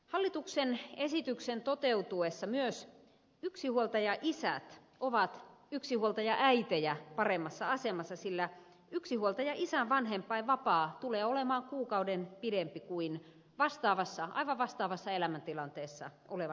hallituksen esityksen toteutuessa myös yksinhuoltajaisät ovat yksinhuoltajaäitejä paremmassa asemassa sillä yksinhuoltajaisän vanhem painvapaa tulee olemaan kuukauden pidempi kuin aivan vastaavassa elämäntilanteessa olevan äidin